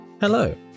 Hello